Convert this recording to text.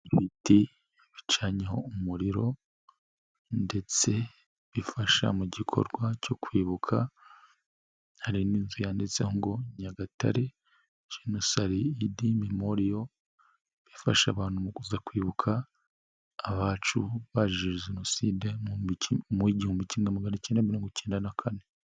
Ibiti bicanyeho umuriro ndetse bifasha mu gikorwa cyo kwibuka. Hari n'inzu yanditse ngo Nyagatare Jenoside Mimoriyo bifasha abantu mu kuza kwibuka abacu bazize Jenoside muwi gihumbi kimwe magana cyenda mirongo icyenda na kane.